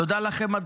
תודה לכם,